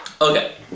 Okay